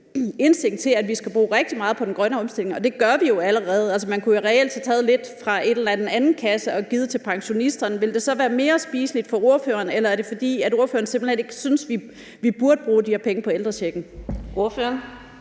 indstilling til, at vi skal bruge rigtig meget på den grønne omstilling, og det gør vi jo allerede. Man kunne reelt have taget lidt fra en eller anden anden kasse og givet til pensionisterne. Ville det så have været mere spiseligt for ordføreren? Eller er det, fordi ordføreren simpelt hen ikke synes, at vi burde bruge de her penge på ældrechecken? Kl.